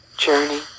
journey